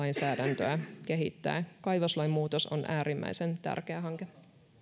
uutta kaivoslainsäädäntöä kehittää kaivoslain muutos on äärimmäisen tärkeä hanke